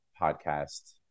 podcast